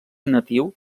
natiu